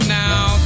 now